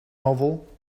novel